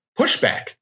pushback